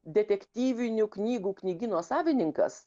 detektyvinių knygų knygyno savininkas